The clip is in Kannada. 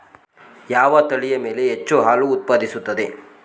ಯಾವ ತಳಿಯ ಮೇಕೆ ಹೆಚ್ಚು ಹಾಲು ಉತ್ಪಾದಿಸುತ್ತದೆ?